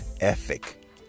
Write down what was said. ethic